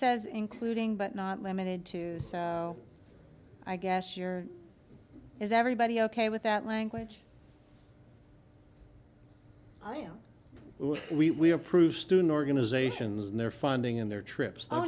says including but not limited to so i guess your is everybody ok with that language i am we have proof student organizations and their funding in their trips